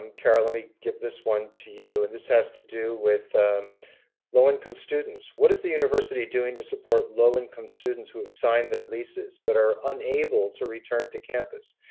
um carol, let me give this one to you, and this has to do with low-income students. what is the university doing to support low-income students who have signed their leases but are unable to return to campus?